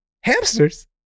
hamsters